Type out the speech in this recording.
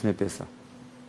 זה היה קצת לפני פסח,